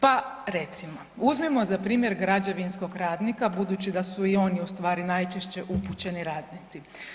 Pa, recimo, uzmimo za primjer građevinskog radnika budući da su i oni ustvari najčešće upućeni radnici.